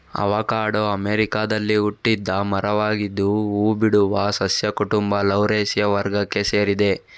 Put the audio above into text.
avocado ಅಮೆರಿಕಾದಲ್ಲಿ ಹುಟ್ಟಿದ ಮರವಾಗಿದ್ದು ಹೂ ಬಿಡುವ ಸಸ್ಯ ಕುಟುಂಬ ಲೌರೇಸಿಯ ವರ್ಗಕ್ಕೆ ಸೇರಿದೆ